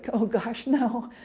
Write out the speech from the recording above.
oh, gosh no,